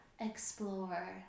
explore